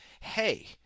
hey